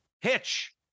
Hitch